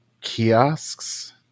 kiosks